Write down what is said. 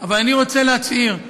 אבל אני רוצה להצהיר,